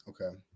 Okay